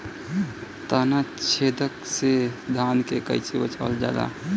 ताना छेदक से धान के कइसे बचावल जाला?